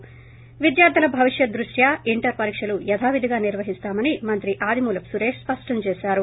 ి విద్యార్థుల భవిష్యత్తు దృష్ట్యా ఇంటర్ పరీక్షలు యధావిధిగా నిర్వహిస్తామని మంత్రి ఆదిమూలపు సురేష్ స్పష్టం చేశారు